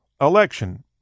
election